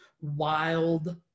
wild